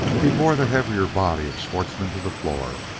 he bore the heavier body of schwartzmann to the floor.